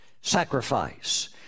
sacrifice